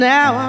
Now